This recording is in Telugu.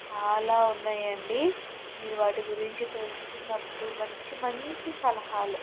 చాలా ఉన్నాయండి మీరు వాటి గురించి తెలుసుకున్నప్పుడు మంచి మంచి సలహాలు